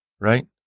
right